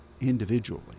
individually